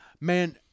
Man